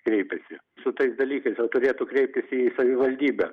kreipiasi su tais dalykais o turėtų kreiptis į savivaldybę